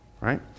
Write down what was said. right